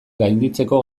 gainditzeko